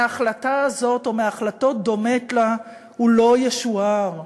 מההחלטה הזאת או מהחלטות דומות לה, הוא לא ישוער.